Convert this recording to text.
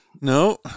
No